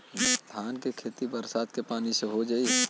धान के खेती बरसात के पानी से हो जाई?